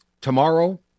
tomorrow